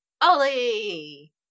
Ollie